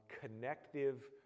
connective